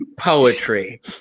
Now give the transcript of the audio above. Poetry